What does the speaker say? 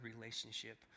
relationship